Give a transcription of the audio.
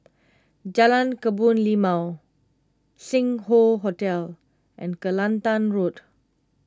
Jalan Kebun Limau Sing Hoe Hotel and Kelantan Road